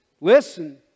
listen